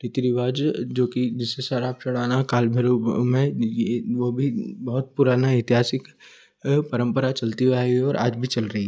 रीति रिवाज जो कि जैसे शराब चढ़ाना काल भैरव में यह वह भी बहुत पुराना इतिहासिक परम्परा चलती हुई आई है और आज भी चल रही